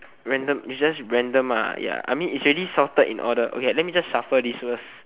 random it's just random ah ya I mean it's already sorted in order okay let me just shuffle these first